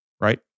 Right